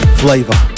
flavor